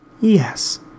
Yes